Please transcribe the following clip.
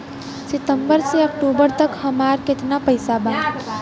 सितंबर से अक्टूबर तक हमार कितना पैसा बा?